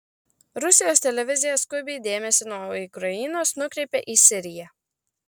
rusijos televizija skubiai dėmesį nuo ukrainos nukreipia į siriją